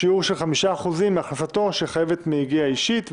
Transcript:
שיעור של 5% מהכנסתו שחייבת מיגיעה אישית.